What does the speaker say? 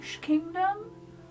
kingdom